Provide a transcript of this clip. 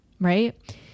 right